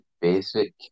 basic